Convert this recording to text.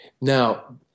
Now